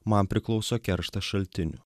man priklauso kerštas šaltinių